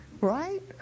right